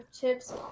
chips